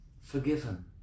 forgiven